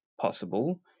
possible